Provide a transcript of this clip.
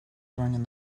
running